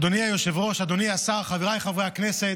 אדוני היושב-ראש, אדוני השר, חבריי חברי הכנסת,